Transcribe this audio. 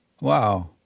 Wow